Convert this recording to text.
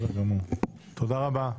תודה רבה.